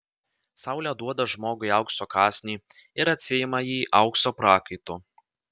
saulė duoda žmogui aukso kąsnį ir atsiima jį aukso prakaitu